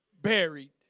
buried